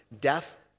death